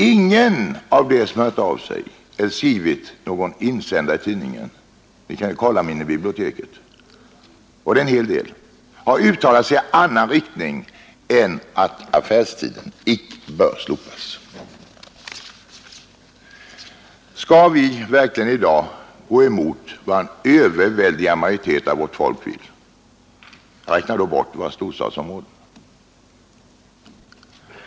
Ingen av dem som hört av sig eller skrev insändare i tidningen — och det var en hel del, ni kan se efter i biblioteket — uttalade sig i annan riktning än att affärstidslagen icke bör slopas. Skall vi i dag verkligen gå emot vad en överväldigande majoritet av vårt folk vill — jag räknar då bort våra storstadsområden.